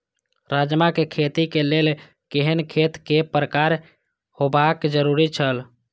राजमा के खेती के लेल केहेन खेत केय प्रकार होबाक जरुरी छल?